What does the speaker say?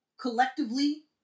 Collectively